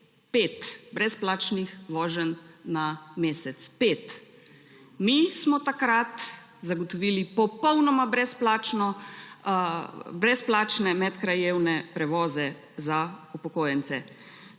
pet brezplačnih voženj na mesec, pet. Mi smo takrat zagotovili popolnoma brezplačne medkrajevne prevoze za upokojence.